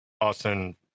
Austin